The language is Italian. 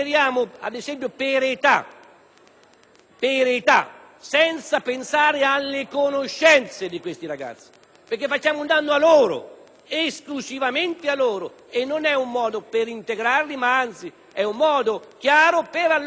per età, senza pensare alle loro conoscenze. Faremmo un danno a loro, esclusivamente a loro, e non è un modo per integrarli, ma anzi è un modo chiaro per allontanarli dalla scuola.